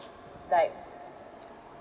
like